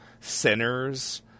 sinners